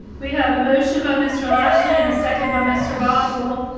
we have a motion by mr. lashley and a second by mr. boswell.